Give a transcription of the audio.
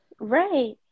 Right